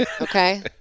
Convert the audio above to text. Okay